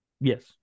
Yes